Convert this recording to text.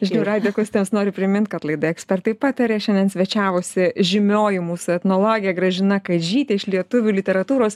žinių radijo klausytojams noriu primint kad laidoje ekspertai pataria šiandien svečiavosi žymioji mūsų etnologė gražina kadžytė iš lietuvių literatūros